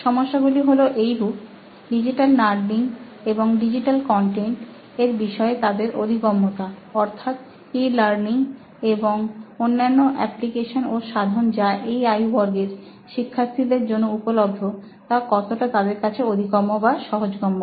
সমস্যাগুলো হলো এইরূপ ডিজিটাল লার্নিং এবং ডিজিটাল কনটেন্ট এর বিষয়ে তাদের অধিগম্যতা অর্থাৎ ই লার্নিং এবং অন্যান্য অ্যাপ্লিকেশন ও সাধন যা এই আয়ু বর্গের শিক্ষার্থীদের জন্য উপলব্ধ তা কতটা তাদের কাছে অধিগম্য বা সহজগম্য